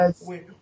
Wait